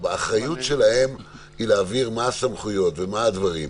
האחריות שלהם היא להבהיר מה הסמכויות ומה הדברים.